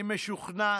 אני משוכנע